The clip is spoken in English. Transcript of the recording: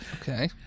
Okay